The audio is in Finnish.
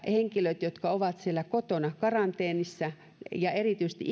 henkilöille jotka ovat siellä kotona karanteenissa ja erityisesti